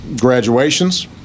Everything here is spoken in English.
graduations